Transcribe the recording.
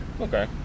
okay